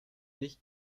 nicht